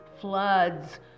floods